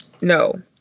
no